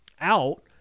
out